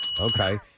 Okay